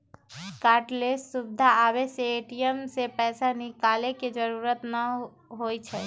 cardless सुविधा आबे से ए.टी.एम से पैसा निकाले के जरूरत न होई छई